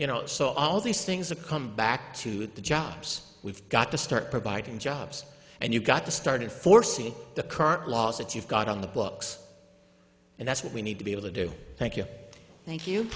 you know so all these things to come back to the jobs we've got to start providing jobs and you've got to start and foresee the current laws that you've got on the books and that's what we need to be able to do thank you thank you